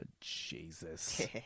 Jesus